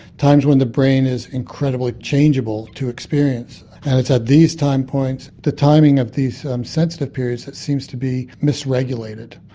times when the brain is incredibly changeable to experience and it's at these time points the timing of these sensitive periods that seems to be mis-regulated.